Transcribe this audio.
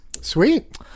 Sweet